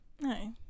No